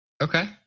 Okay